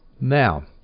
Now